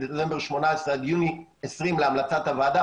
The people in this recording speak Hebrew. מדצמבר 2018 עד יוני 2020 להמלצת הוועדה.